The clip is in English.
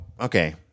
okay